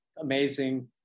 amazing